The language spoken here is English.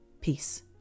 peace